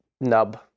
nub